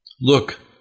look